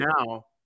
now